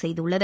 செய்துள்ளது